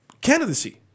candidacy